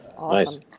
Nice